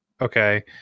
okay